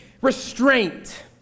restraint